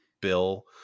bill